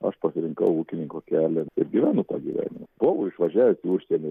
aš pasirinkau ūkininko kelią ir gyvenu tą gyvenimą buvau išvažiavę į užsienį